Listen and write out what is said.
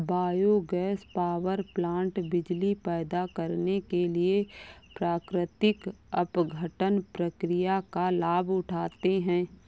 biogas power plant बिजली पैदा करने के लिए प्राकृतिक अपघटन प्रक्रिया का लाभ उठाते हैं